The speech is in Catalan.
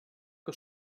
que